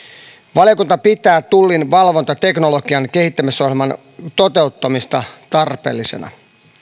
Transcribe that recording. valiokunta pitää tullin valvontateknologian kehittämisohjelman toteuttamista tarpeellisena